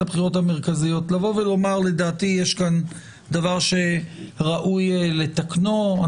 הבחירות המרכזיות לבוא ולומר שלדעתו יש כאן דבר שראוי לתקנו.